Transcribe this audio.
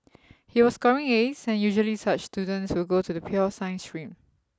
he was scoring As and usually such students will go to the pure science stream